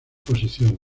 posiciones